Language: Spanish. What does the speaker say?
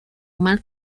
mal